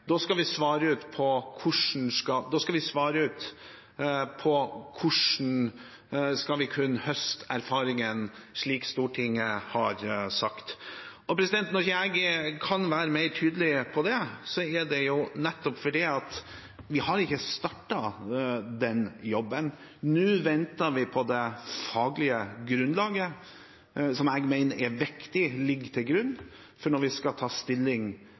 Da skal vi svare ut hvordan vi skal kunne høste erfaringer, slik Stortinget har sagt. Når jeg ikke kan være mer tydelig på det, er det nettopp fordi vi ikke har startet den jobben. Nå venter vi på det faglige grunnlaget, som jeg mener er viktig at ligger til grunn når vi skal ta stilling